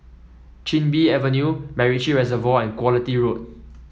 Chin Bee Avenue MacRitchie Reservoir and Quality Road